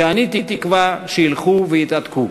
ואני תקווה שהם ילכו ויתהדקו.